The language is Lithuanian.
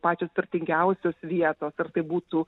pačios turtingiausios vietos ar tai būtų